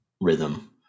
rhythm